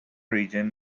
region